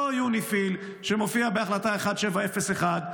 אותו יוניפי"ל שמופיע בהחלטה 1701,